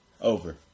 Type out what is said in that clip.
Over